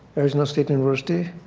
arizona state university,